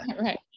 right